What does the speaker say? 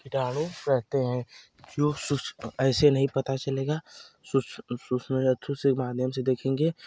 कीटाणु रहते हैं क्यों स्वच्छ ऐसे नहीं पता चलेगा स्वच्छ माध्यम से देखेंगे